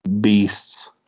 beasts